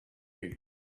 you